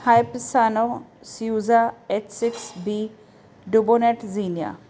ਹਾਈਪਸਾਨੋ ਸਿਊਜ਼ਾ H six B ਡੁਬੋਨੈਟ ਜੀਨੀਆ